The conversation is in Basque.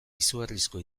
izugarrizko